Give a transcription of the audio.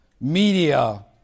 media